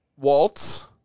waltz